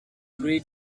grid